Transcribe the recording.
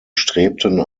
strebten